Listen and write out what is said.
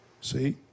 See